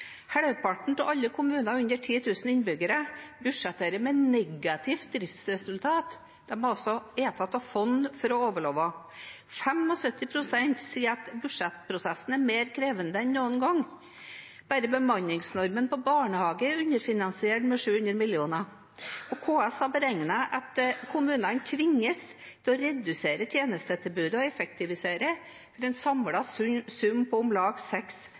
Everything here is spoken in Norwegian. Halvparten av alle kommuner under 10 000 innbyggere budsjetterer med negativt driftsresultat, de må ta av fond for å overleve. 75 pst. sier at budsjettprosessen er mer krevende enn noen gang. Bare bemanningsnormen på barnehager er underfinansiert med 700 mill. kr. KS har beregnet at kommunene tvinges til å redusere tjenestetilbudet og effektivisere til en samlet sum på om lag